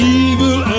evil